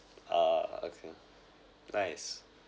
uh okay nice